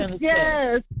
yes